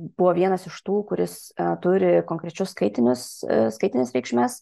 buvo vienas iš tų kuris turi konkrečius skaitinius skaitines reikšmes